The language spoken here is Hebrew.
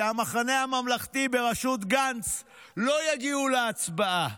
שהמחנה הממלכתי בראשות גנץ לא יגיעו להצבעה.